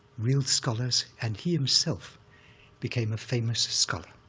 real scholars, and he himself became a famous scholar,